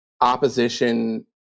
opposition